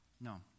No